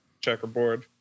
checkerboard